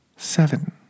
seven